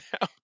now